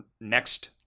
next